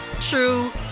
true